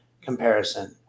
comparison